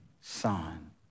son